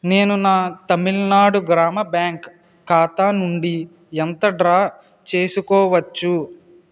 నేను నా తమిళనాడు గ్రామ బ్యాంక్ ఖాతా నుండి ఎంత డ్రా చేసుకోవచ్చు